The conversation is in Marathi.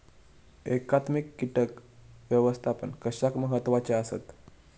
एकात्मिक कीटक व्यवस्थापन कशाक महत्वाचे आसत?